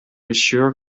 assure